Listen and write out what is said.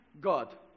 God